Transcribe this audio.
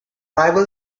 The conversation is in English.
rival